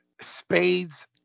Spades